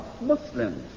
Muslims